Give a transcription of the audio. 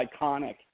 iconic